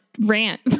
rant